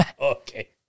Okay